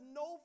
no